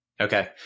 Okay